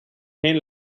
pain